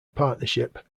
partnership